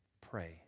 Pray